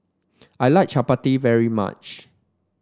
I like Chapati very much